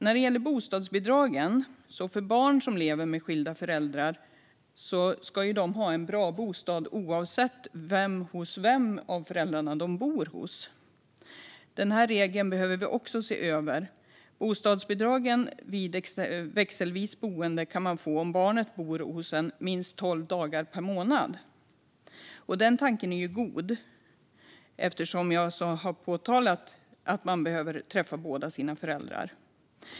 När det gäller bostadsbidragen ska barn som lever med skilda föräldrar ha en bra bostad, oavsett hos vem av föräldrarna de bor. Den här regeln behöver vi också se över. Bostadsbidrag vid växelvis boende kan man få om barnet bor hos en minst tolv dagar per månad. Den tanken är god eftersom ett barn, som jag påpekat, behöver träffa båda sina föräldrar.